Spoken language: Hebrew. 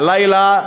הלילה,